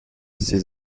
ses